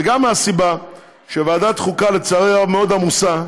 וגם מהסיבה שוועדת החוקה, לצערי הרב, מאוד עמוסה,